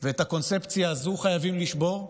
ואת הקונספציה הזו חייבים לשבור.